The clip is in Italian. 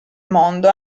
mondo